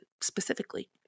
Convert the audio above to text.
specifically